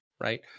Right